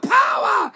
power